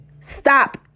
stop